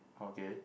okay